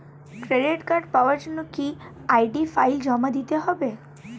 Credit card পাওয়ার জন্য কি আই.ডি ফাইল জমা দিতে হবে?